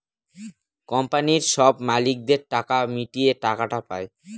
কোম্পানির সব মালিকদের টাকা মিটিয়ে টাকাটা পায়